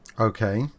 Okay